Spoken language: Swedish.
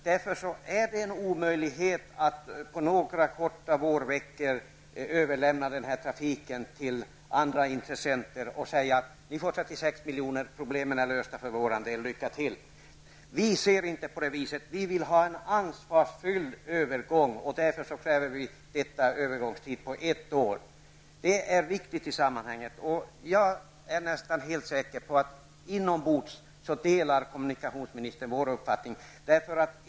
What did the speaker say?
Det är en omöjlighet att på några korta vårveckor överlämna den här trafiken till andra intressenter och säga: Ni får 36 miljoner. Problemen är lösta för vår del. Lycka till! Vi ser inte på frågan på det viset. Vi vill ha en ansvarsfull övergång. Därför kräver vi en övergångstid på ett år. Det är viktigt i sammanhanget. Jag är nästan helt säker på att kommunikationsministern inombords delar vår uppfattning.